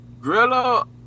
Grillo